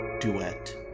duet